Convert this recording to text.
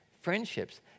friendships